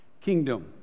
kingdom